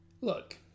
Look